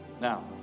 Now